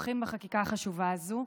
תומכים בחקיקה החשובה הזאת.